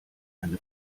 eine